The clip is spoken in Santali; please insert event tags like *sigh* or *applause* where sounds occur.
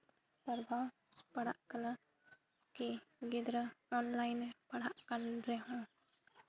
*unintelligible* ᱯᱟᱲᱟᱜ ᱠᱟᱱᱟ ᱠᱤ ᱜᱤᱫᱽᱨᱟᱹᱣ ᱚᱱᱞᱟᱭᱤᱱ ᱨᱮ ᱯᱟᱲᱦᱟᱜ ᱠᱟᱱ ᱨᱮᱦᱚᱸ